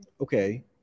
okay